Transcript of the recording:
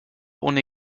ohne